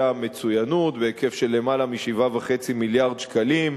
המצוינות בהיקף של יותר מ-7.5 מיליארד שקלים,